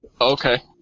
Okay